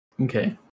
Okay